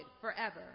forever